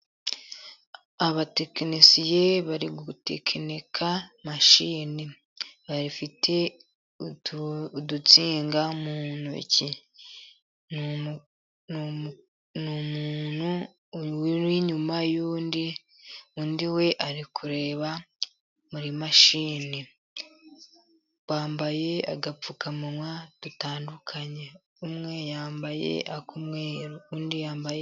Abatekinisiye bari gutekinika mashini, bafite udutsinga mu ntoki. Ni umuntu uri inyuma y'undi, undi we ari kureba muri mashini. Bambaye udupfukamunwa dutandukanye, umwe yambaye ak' umweru undi yambaye.